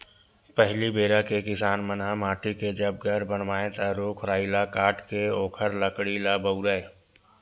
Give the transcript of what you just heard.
पहिली बेरा के किसान मन ह माटी के जब घर बनावय ता रूख राई ल काटके ओखर लकड़ी ल बउरय